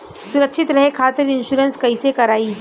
सुरक्षित रहे खातीर इन्शुरन्स कईसे करायी?